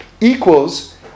equals